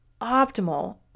optimal